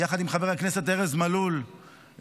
יחד עם חבר הכנסת ארז מלול היקר,